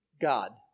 God